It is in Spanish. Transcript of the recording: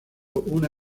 una